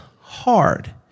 hard